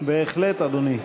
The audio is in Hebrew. בהחלט, אדוני.